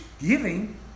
giving